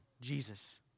Jesus